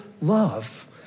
love